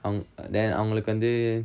um then அவங்களுக்கு வந்து:avankalukku vanthu